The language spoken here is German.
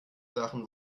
sachen